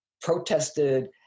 protested